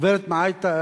גברת מעאיטה,